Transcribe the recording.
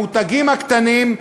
המותגים הקטנים,